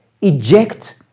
eject